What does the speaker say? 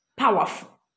powerful